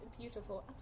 beautiful